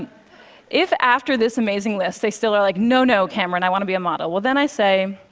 if, after this amazing list, they still are like, no, no, cameron, i want to be a model, well, then i say,